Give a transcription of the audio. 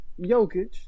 Jokic